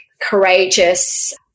courageous